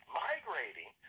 migrating